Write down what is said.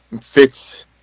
fix